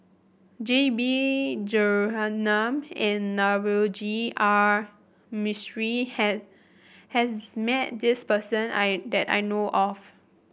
J B Jeyaretnam and Navroji R Mistri has has met this person I that I know of